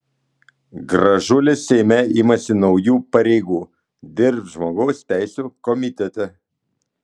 gražulis seime imasi naujų pareigų dirbs žmogaus teisių komitete